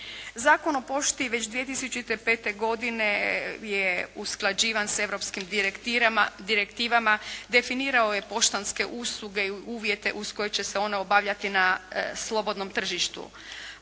Zakon o pošti već 2005. godine je usklađivan sa europskim direktivama, definirao je poštanske usluge i uvjete uz koje će se one obavljati na slobodnom tržištu.